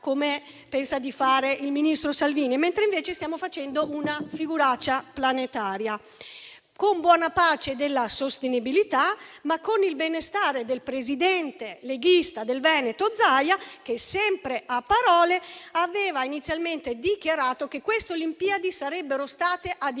come pensa il ministro Salvini, mentre stiamo facendo una figuraccia planetaria, con buona pace della sostenibilità, ma con il benestare del presidente leghista del Veneto Zaia, che, sempre a parole, aveva inizialmente dichiarato che queste Olimpiadi sarebbero state ad impatto